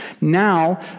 now